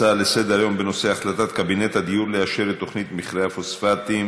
הצעות לסדר-היום בנושא החלטת קבינט הדיור לאשר את תוכנית מכרה הפוספטים